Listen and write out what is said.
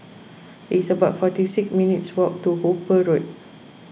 it's about forty six minutes' walk to Hooper Road